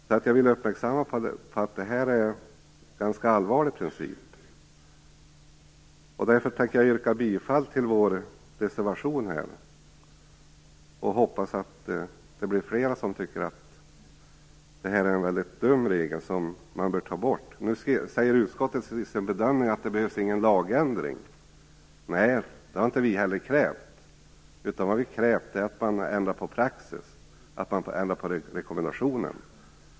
Jag vill göra er uppmärksamma på att den här åldersprincipen är ganska allvarlig. Därför tänker jag yrka bifall till vår reservation, och jag hoppas att flera tycker att det här är en dum regel som bör tas bort. Utskottets bedömning är att ingen lagändring behövs, och det har vi heller inte krävt. Vi kräver att man ändrar på praxis, på rekommendationen.